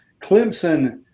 Clemson